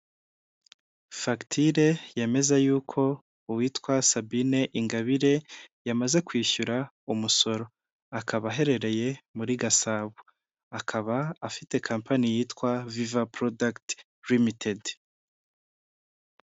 FagitIre yemeza y'uko uwitwa Sabine Ingabire yamaze kwishyura umusoro, akaba aherereye muri Gasabo, akaba afite kampani yitwa viva porodagiti rimitedi.